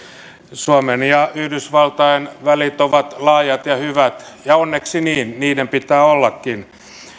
suomen ja yhdysvaltain välit ovat laajat ja hyvät ja onneksi niin niiden pitää ollakin